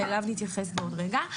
שאליו נתייחס בעוד רגע,